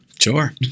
Sure